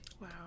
wow